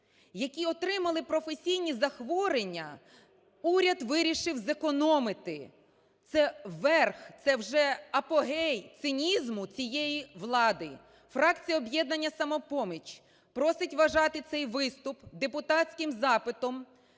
які отримали професійні захворювання, уряд вирішив зекономити. Це верх, це вже апогей цинізму цієї влади. Фракція "Об'єднання "Самопоміч" просить вважати цей виступ депутатським запитом